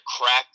crack